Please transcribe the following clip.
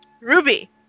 Ruby